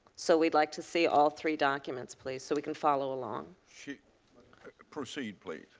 so we'd like to see all three documents, please, so we can follow along. proceed, please.